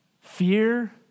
fear